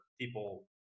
people